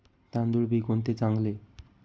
तांदूळ बी कोणते चांगले?